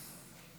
סגלוביץ'.